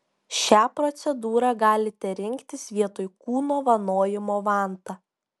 šią procedūrą galite rinktis vietoj kūno vanojimo vanta